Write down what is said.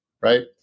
right